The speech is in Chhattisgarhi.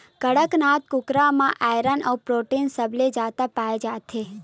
कड़कनाथ कुकरा म आयरन अउ प्रोटीन सबले जादा पाए जाथे